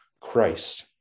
Christ